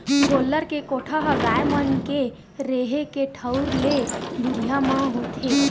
गोल्लर के कोठा ह गाय मन के रेहे के ठउर ले दुरिया म होथे